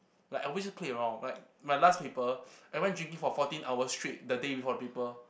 like I always just play around like my last paper I went drinking for fourteen hours straight the day before the paper